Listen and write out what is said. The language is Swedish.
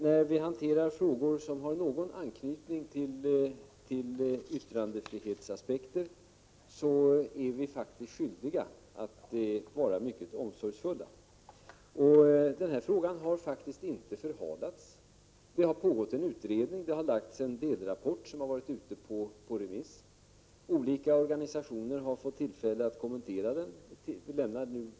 När vi hanterar frågor som har någon anknytning till yttrandefrihetsaspekter är vi faktiskt skyldiga att vara mycket omsorgsfulla. Den här frågan har faktiskt inte förhalats. Det har pågått ett utredningsarbete, det har framlagts en delrapport som har varit ute på remiss, olika organisationer har fått tillfälle att kommentera rapporten.